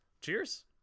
cheers